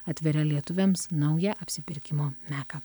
atveria lietuviams naują apsipirkimo meką